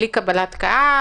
בלי קבל קהל,